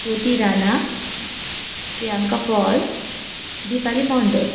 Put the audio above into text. Jyoti Rana Priyanka Paul Dipali Mondal